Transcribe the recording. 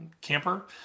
camper